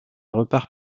repart